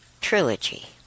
trilogy